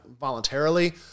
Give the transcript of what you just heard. voluntarily